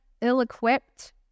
ill-equipped